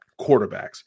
quarterbacks